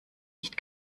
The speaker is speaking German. nicht